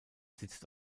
sitzt